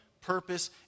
purpose